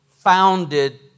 Founded